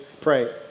pray